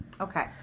okay